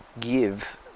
give